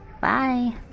bye